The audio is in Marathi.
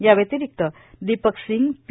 याव्यंतिरिक्त दीपक सिंग पी